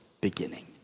beginning